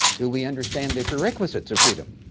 do we understand the prerequisites of freedom?